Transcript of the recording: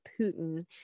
Putin